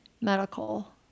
medical